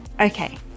Okay